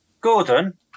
Gordon